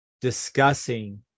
discussing